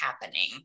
happening